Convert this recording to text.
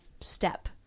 step